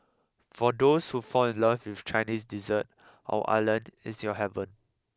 for those who fall in love with Chinese dessert our island is your heaven